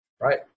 right